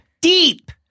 Deep